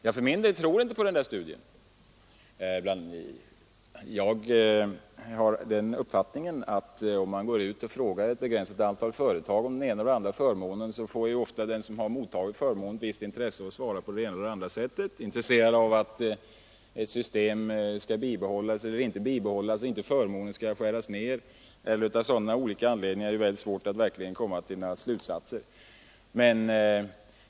Jag för min del tror inte på den där studien. Jag har nämligen den uppfattningen att om man går ut och frågar ett begränsat antal företagare vad de anser om den ena och den. andra förmånen, så finner man ofta att den som har mottagit förmånen i fråga har ett visst intresse av att svara på det ena eller andra sättet, beroende på om han är intresserad av att ett system skall bibehållas eller inte och om han är intresserad av att en förmån inte skall skäras ned. Av olika sådana anledningar är det svårt att komma till några riktiga slutsatser.